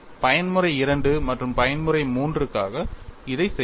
பயன்முறை II மற்றும் பயன்முறை III க்காக இதை செய்வோம்